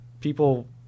people